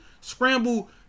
scramble